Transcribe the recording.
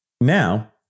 Now